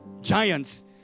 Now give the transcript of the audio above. giants